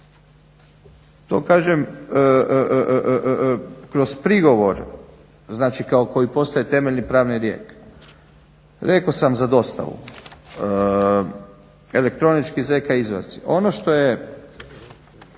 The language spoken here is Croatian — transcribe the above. To kažem kroz prigovor koji postaje temeljni pravni …. Rekao sam za dostavu, elektronički ZK … Ono što je